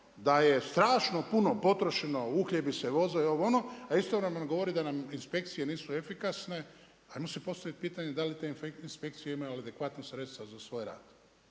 da je strašno puno potrošeno, uhljebi se voz, ovo ono, a istovremeno govoriti da nam inspekcije nisu efikasne, ajmo sad postaviti pitanje, da li te inspekcije imaju adekvatna sredstva za svoj rad.